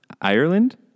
Ireland